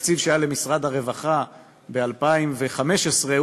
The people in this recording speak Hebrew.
התקציב שהיה למשרד הרווחה ב-2015 הוא